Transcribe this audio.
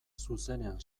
zuzenean